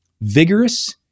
vigorous